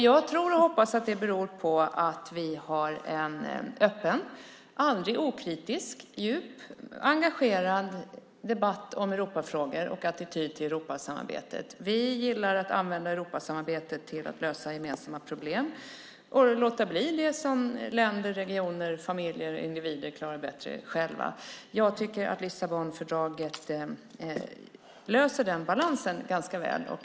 Jag tror och hoppas att det beror på att vi har en öppen, aldrig okritisk, djup, engagerad debatt om Europafrågor och attityd till Europasamarbetet. Vi gillar att använda Europasamarbetet till att lösa gemensamma problem och låta bli det som länder, regioner, familjer och individer klarar bättre själva. Jag tycker att Lissabonfördraget löser den balansen ganska väl.